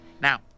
Now